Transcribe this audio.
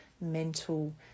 mental